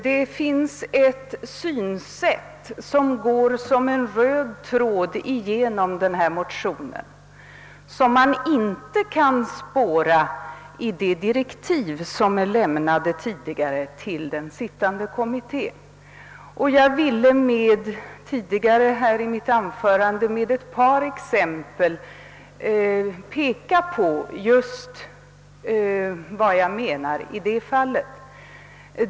Det finns ett synsätt som går som en röd tråd genom denna motion och som man inte kan spåra i de tidigare direktiven till den sittande kommittén. Jag ville i mitt föregående anförande med ett par exempel peka på just vad jag menar i det fallet.